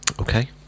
Okay